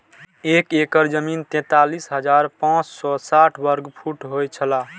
एक एकड़ जमीन तैंतालीस हजार पांच सौ साठ वर्ग फुट होय छला